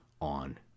on